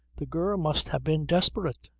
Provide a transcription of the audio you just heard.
the girl must have been desperate,